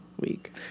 week